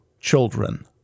children